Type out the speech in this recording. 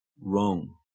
Wrong